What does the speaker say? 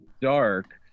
dark